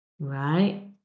Right